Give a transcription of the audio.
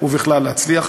ובכלל להצליח.